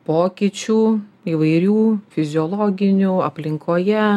pokyčių įvairių fiziologinių aplinkoje